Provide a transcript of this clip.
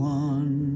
one